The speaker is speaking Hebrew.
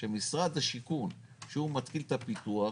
שמשרד השיכון, כשהוא מתחיל את הפיתוח,